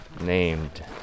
named